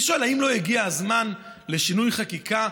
אני שואל: האם לא הגיע הזמן לשינוי חקיקה,